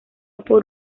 por